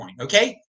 okay